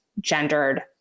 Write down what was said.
gendered